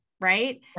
right